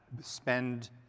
spend